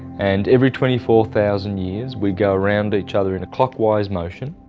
and every twenty four thousand years we go around each other in a clockwise motion.